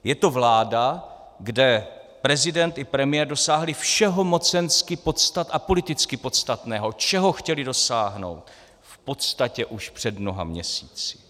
Je to vláda, kde prezident i premiér dosáhli všeho mocensky a politicky podstatného, čeho chtěli dosáhnout v podstatě už před mnoha měsíci.